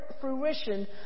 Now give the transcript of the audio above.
fruition